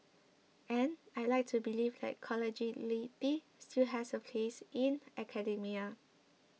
and I'd like to believe that collegiality still has a place in academia